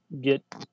get